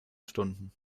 stunden